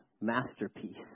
masterpiece